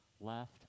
left